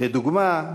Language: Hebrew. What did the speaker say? לדוגמה,